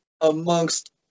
amongst